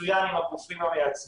מצוין עם הגופים המייצגים.